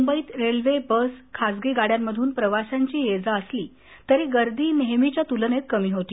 मुंबईत railway bus खासगी गाड़्यांमधून प्रवाशांची ये जा असली तरी गर्दी नेहेमीच्या तुलनेत कमी होती